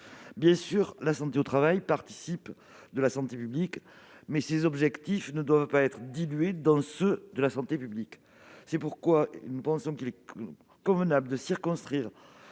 Bien sûr, la santé au travail participe de la santé publique, mais ses objectifs ne doivent pas être dilués dans ceux de la santé publique. C'est pourquoi il convient de circonscrire